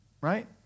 right